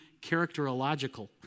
characterological